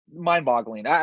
mind-boggling